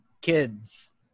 kids